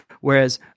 whereas